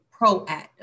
proactive